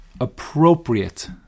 appropriate